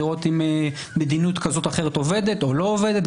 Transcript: לראות אם מדיניות כזאת או אחרת עובדת או לא עובדת.